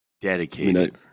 Dedicated